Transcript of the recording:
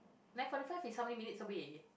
nine forty five is how many minutes away